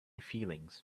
feelings